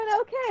okay